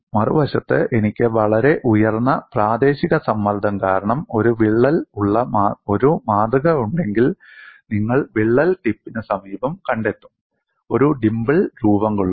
മറുവശത്ത് എനിക്ക് വളരെ ഉയർന്ന പ്രാദേശിക സമ്മർദ്ദം കാരണം ഒരു വിള്ളൽ ഉള്ള ഒരു മാതൃക ഉണ്ടെങ്കിൽ നിങ്ങൾ വിള്ളൽ ടിപ്പിന് സമീപം കണ്ടെത്തും ഒരു ഡിംപിൾ രൂപം കൊള്ളും